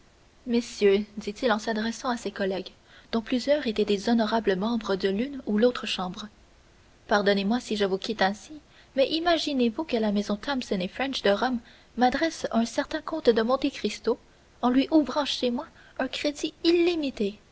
messieurs dit-il en s'adressant à ses collègues dont plusieurs étaient des honorables membres de l'une ou l'autre chambre pardonnez-moi si je vous quitte ainsi mais imaginez-vous que la maison thomson et french de rome m'adresse un certain comte de monte cristo en lui ouvrant chez moi un crédit illimité